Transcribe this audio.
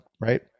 right